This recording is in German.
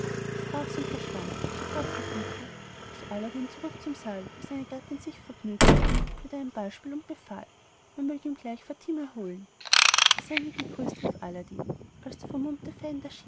sprach's und verschwand sofort verfügte sich aladdin zurück zum saal wo seine gattin sich vergnügte mit einem ballspiel und befahl man mög ihm gleich fatime holen sei mir gegrüßt rief aladdin als der vermummte feind